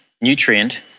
nutrient